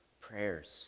prayers